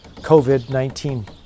COVID-19